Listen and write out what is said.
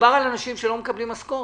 מדובר על אנשים שלא מקבלים משכורת.